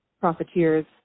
profiteers